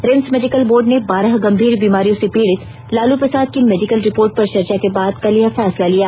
RIMS medical board ने बारह गंभीर बीमारियों से पीडित लाल प्रसाद की मेडिकल रिपोर्ट पर चर्चा के बाद कल यह फैसला लिया